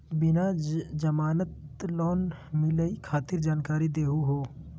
बिना जमानत लोन मिलई खातिर जानकारी दहु हो?